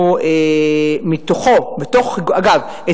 אגב,